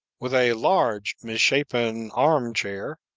with a large, misshapen arm-chair,